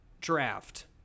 draft